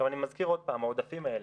אני מזכיר עוד פעם, העודפים האלה,